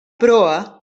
proa